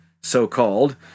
so-called